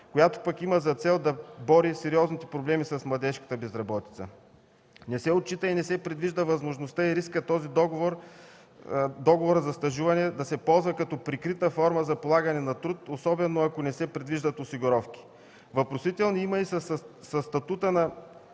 която пък има за цел да бори сериозните проблеми с младежката безработица. Не се отчита и не се предвижда възможността и риска договора за стажуване да се полза като прикрита форма за полагане на труд, особено ако не се предвиждат осигуровки. Въпросителни има и със статута на